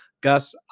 Gus